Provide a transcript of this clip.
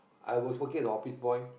I was working in a office boy